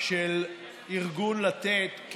של ארגון לתת,